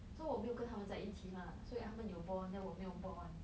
so 我没有跟他们在一起 lah 所以他们有 bond then 我没有 bond